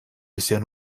bisher